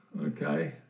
Okay